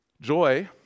joy